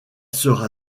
sera